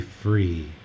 free